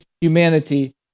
humanity